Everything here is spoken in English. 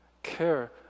care